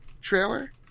trailer